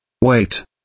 Wait